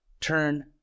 turn